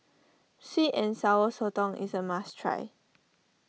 Sweet and Sour Sotong is a must try